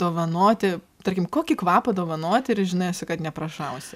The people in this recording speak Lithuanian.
dovanoti tarkim kokį kvapą dovanoti ir žinosi kad neprašausi